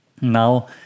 Now